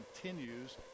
continues